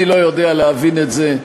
אני לא יודע איך להבין את זה.